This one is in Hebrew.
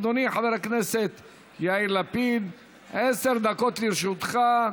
אדוני חבר הכנסת יאיר לפיד, עשר דקות לרשותך.